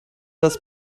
das